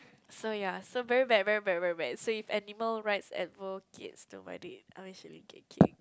so ya so very bad very bad very bad so if animal rights advocates don't ride it I'm actually thinking